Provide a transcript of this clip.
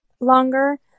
longer